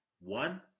One